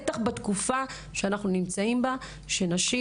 בטח בתקופה שאנחנו נמצאים בה שנשים